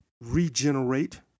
regenerate